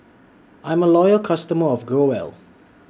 I'm A Loyal customer of Growell